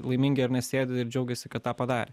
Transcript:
laimingi ar ne sėdi ir džiaugiasi kad tą padarė